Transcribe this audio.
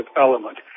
element